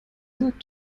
sagt